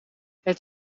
het